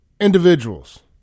individuals